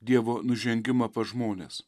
dievo nužengimą pas žmones